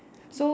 so